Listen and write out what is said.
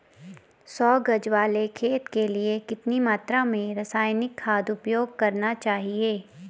सौ गज वाले खेत के लिए कितनी मात्रा में रासायनिक खाद उपयोग करना चाहिए?